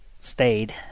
stayed